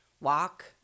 walk